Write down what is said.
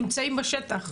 נמצאים בשטח.